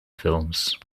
films